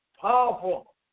powerful